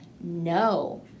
No